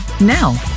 Now